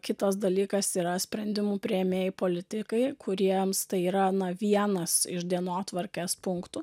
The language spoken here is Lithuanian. kitas dalykas yra sprendimų priėmėjai politikai kuriems tai yra na vienas iš dienotvarkės punktų